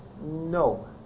No